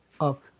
up